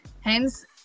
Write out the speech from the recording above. Hence